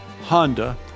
Honda